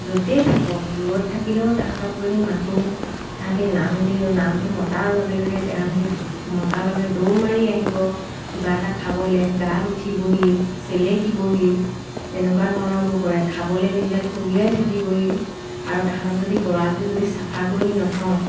য'তেই থাকক দূৰত থাকিলেও তাহাঁতক যদি মাতোঁ তাহাঁতি নাম দি নামটো মতাৰ লগে লগে তাহাঁতি মতাৰ লগে দৌৰ মাৰি আহিব কিবা এটা খাবলৈ গাত উঠিবহি চেলেকিবহি তেনেকুৱা ধৰণৰবোৰ কৰে খাবলৈ নিলে খুন্দিয়াই থাকিবহি আৰু তাহাঁতক যদি গঁড়ালটো যদি চাফা কৰি নথওঁ